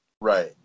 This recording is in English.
Right